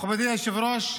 מכובדי היושב-ראש,